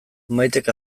maitek